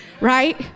Right